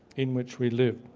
in which we live.